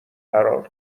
قرار